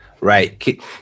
Right